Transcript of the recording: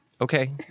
Okay